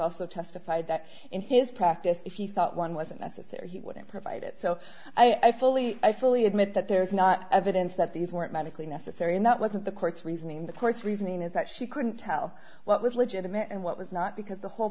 also testified that in his practice if he thought one wasn't necessary he wouldn't provide it so i fully i fully admit that there is not evidence that these were medically necessary and that wasn't the court's reasoning in the court's reasoning is that she couldn't tell what was legitimate and what was not because the whole